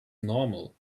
normal